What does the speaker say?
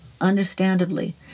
understandably